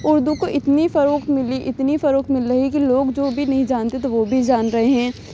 اردو کو اتنی فروغ ملی اتنی فروغ مل رہی ہے کہ لوگ جو بھی نہیں جانتے تھے وہ بھی جان گئے ہیں